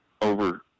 over